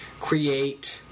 create